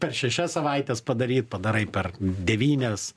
per šešias savaites padaryt padarai per devynias